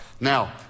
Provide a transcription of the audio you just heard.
Now